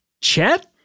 Chet